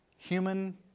Human